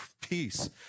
peace